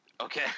Okay